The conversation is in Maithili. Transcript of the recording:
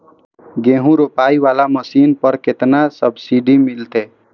गेहूं रोपाई वाला मशीन पर केतना सब्सिडी मिलते?